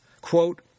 Quote